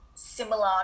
similar